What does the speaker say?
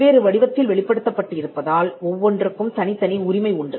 வெவ்வேறு வடிவத்தில் வெளிப்படுத்தப்பட்டு இருப்பதால் ஒவ்வொன்றுக்கும் தனித்தனி உரிமை உண்டு